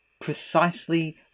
precisely